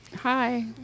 Hi